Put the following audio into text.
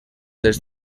des